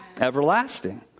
Everlasting